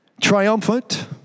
Triumphant